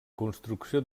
construcció